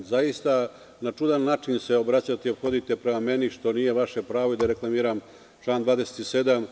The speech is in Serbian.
Zaista se na čudan način obraćate i ophodite prema meni, što nije vaše pravo, i da reklamiram član 27.